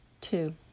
two